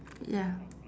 ya